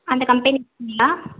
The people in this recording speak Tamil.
அந்த கம்பெனி இருக்குதுங்களா